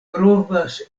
provas